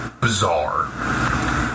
bizarre